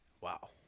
wow